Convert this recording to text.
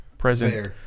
present